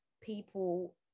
people